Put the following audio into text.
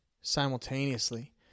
simultaneously